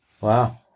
Wow